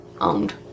owned